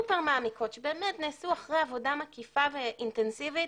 סופר מעמיקות שבאמת נעשו אחרי עבודה מקיפה ואינטנסיבית